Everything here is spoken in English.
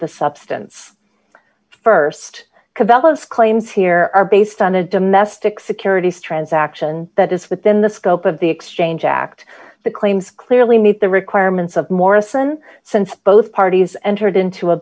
the substance st cavelos claims here are based on a domestic security strands action that is within the scope of the exchange act the claims clearly meet the requirements of morrison since both parties entered into a